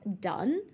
done